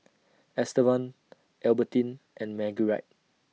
Estevan Albertine and Marguerite